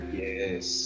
yes